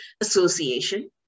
Association